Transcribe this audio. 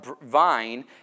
vine